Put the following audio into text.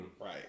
Right